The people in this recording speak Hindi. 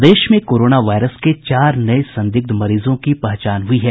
प्रदेश में कोरोना वायरस के चार नये संदिग्ध मरीजों की पहचान हई है